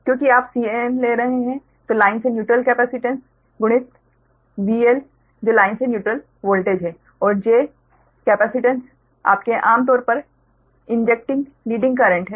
क्योंकि आप Can ले रहे है तो लाइन से न्यूट्रल कैपेसिटेंस गुणित VL जो लाइन से न्यूट्रल वोल्टेज है और j केर कैपेसिटेंस आपके आम तौर पर इंजेक्टिंग लिडिंग करंट है